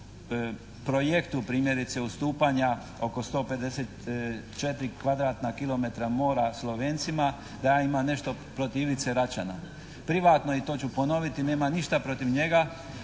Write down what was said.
projektu primjerice ustupanja oko 154 kvadratna kilometra mora Slovencima da ja imam nešto protiv Ivice Račana. Privatno i to ću ponoviti nemam ništa protiv njega.